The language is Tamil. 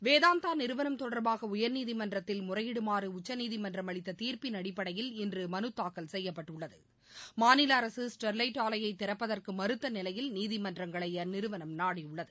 வேதாந்தா நிறுவனம் தொடர்பாக உயர்நீதிமன்றத்தில் முறையிடுமாறு உச்சநீதிமன்றம் அளித்த தீர்ப்பின் அடிப்படையில் இன்று மனு தாக்கல் செய்யப்பட்டுள்ளது மாநில அரசு ஸ்டெர்லைட் ஆலையை திறப்பதற்கு மறுத்த நிலையில் நீதிமன்றங்களை அந்நிறுவனம் நாடியுள்ளது